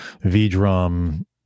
V-Drum